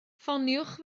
ffoniwch